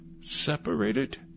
separated